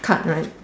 cut right